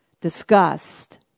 disgust